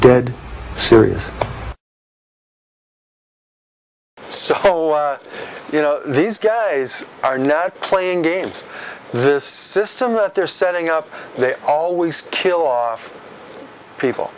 dead serious so you know these guys are now playing games this system that they're setting up they always kill off people